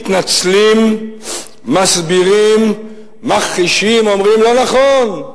מתנצלים, מסבירים, מכחישים, אומרים: לא נכון,